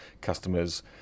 customers